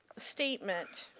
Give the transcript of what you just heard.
statement,